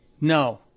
No